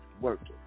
working